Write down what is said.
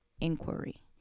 Inquiry